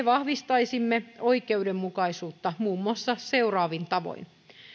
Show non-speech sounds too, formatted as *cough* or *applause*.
*unintelligible* vahvistaisimme oikeudenmukaisuutta muun muassa seuraavin tavoin